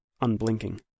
unblinking